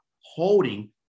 holding